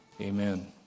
amen